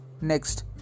Next